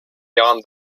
jahren